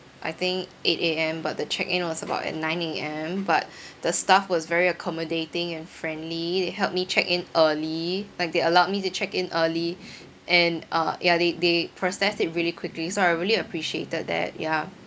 I think eight A_M but the check in was about at nine A_M but the staff was very accommodating and friendly they helped me check in early like they allowed me to check in early and uh ya they they process it really quickly so I really appreciated that ya